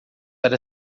era